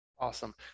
Awesome